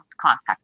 contact